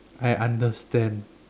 I understand